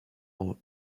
are